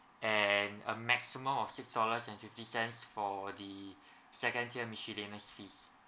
and a maximum of six dollars and fifty cents for the second tier miscellaneous fees